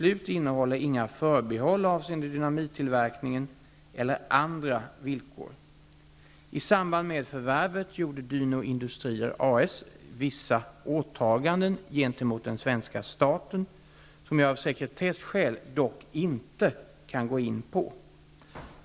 i Dyno Industrier A.S. vissa åtaganden gentemot den svenska staten som jag av sekretesskäl dock inte kan gå in på.